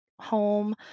home